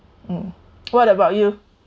mm what about you